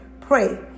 pray